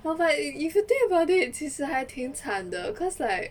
well but if you think about it 其实还挺惨的 cause like